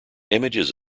images